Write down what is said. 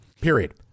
period